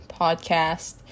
Podcast